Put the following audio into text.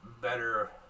better